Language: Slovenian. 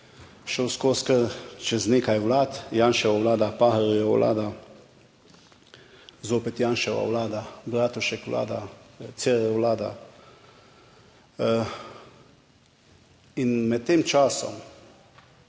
šel skozi kar čez nekaj vlad, Janševa vlada, Pahorjeva vlada, zopet Janševa vlada, Bratušek vlada, Cerarjeva vlada. In med tem časom